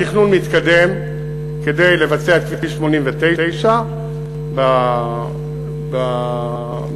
התכנון מתקדם כדי לבצע את כביש 89.